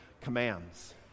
commands